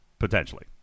potentially